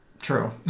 True